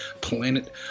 Planet